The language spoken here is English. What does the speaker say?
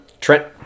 Trent